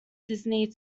disney